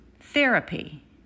Therapy